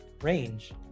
range